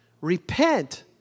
Repent